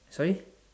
sorry